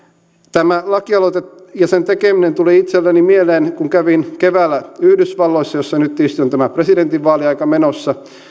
tämä lakialoite ja sen tekeminen tuli itselleni mieleen kun kävin keväällä yhdysvalloissa missä nyt tietysti on presidentinvaaliaika menossa